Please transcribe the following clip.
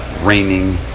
raining